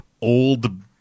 old